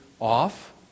off